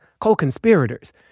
co-conspirators